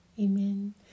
amen